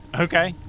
Okay